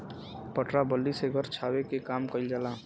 पटरा बल्ली से घर छावे के काम कइल जाला